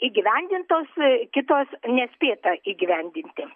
įgyvendintos kitos nespėta įgyvendinti